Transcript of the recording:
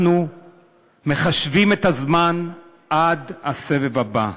אנחנו מחשבים את הזמן עד הסבב הבא.